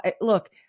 look